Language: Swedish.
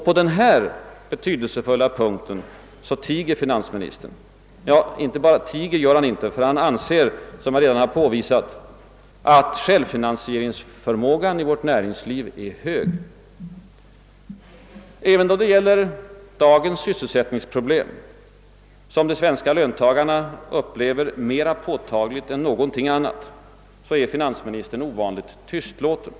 På denna betydelsefulla punkt tiger finansministern — ja, tiger gör han egentligen inte, ty han anser, som jag redan påvisat, att självfinansieringsförmågan i vårt näringsliv är hög. Även då det gäller dagens sysselsättningsproblem, som de svenska löntagarna upplever mera påtagligt än någonting annat, är finansministern ovanligt tystlåten.